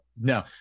No